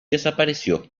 desapareció